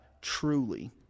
truly